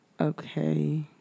Okay